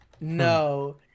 No